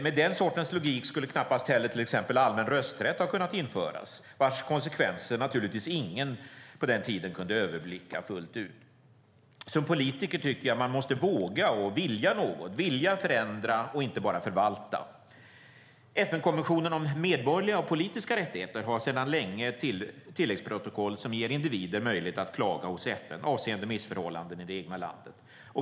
Med den sortens logik skulle knappast heller exempelvis allmän rösträtt ha kunnat införas, vars konsekvenser naturligtvis ingen på den tiden kunde överblicka fullt ut. Som politiker tycker jag att man måste våga och vilja något - vilja förändra och inte bara förvalta. FN-konventionen om medborgerliga och politiska rättigheter har sedan länge ett tilläggsprotokoll som ger individer möjlighet att klaga hos FN avseende missförhållanden i det egna landet.